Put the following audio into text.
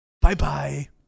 Bye-bye